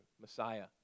Messiah